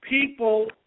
people